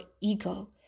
ego